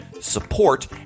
support